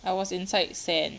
I was inside sand